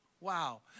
wow